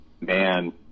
man